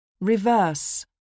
Reverse